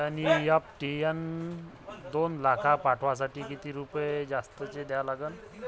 NEFT न दोन लाख पाठवासाठी किती रुपये जास्तचे द्या लागन?